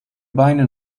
beine